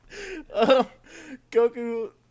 Goku